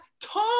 Tom